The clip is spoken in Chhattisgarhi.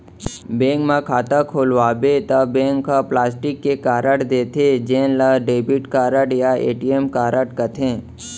बेंक म खाता खोलवाबे त बैंक ह प्लास्टिक के कारड देथे जेन ल डेबिट कारड या ए.टी.एम कारड कथें